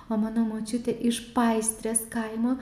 o mano močiutė iš paistrės kaimo